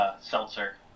seltzer